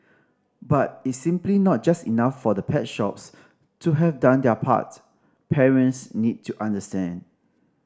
but it's simply not just enough for the pet shops to have done their part parents need to understand